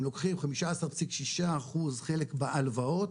הם לוקחים 15.6 אחוז חלק בהלוואות,